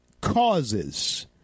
causes